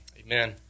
Amen